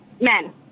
Men